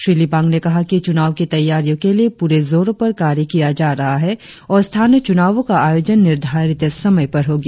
श्री लिबांग ने कहा कि चुनाव की तैयारियों के लिए पूरे जोड़ो पर कार्य किया जा रहा है और स्थानीय चुनावों का आयोजन निर्धारित समय पर होगी